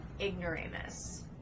ignoramus